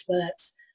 experts